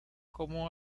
cómo